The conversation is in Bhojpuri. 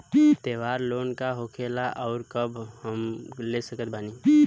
त्योहार लोन का होखेला आउर कब हम ले सकत बानी?